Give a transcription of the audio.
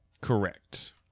Correct